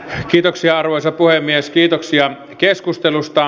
kiitoksia keskustelusta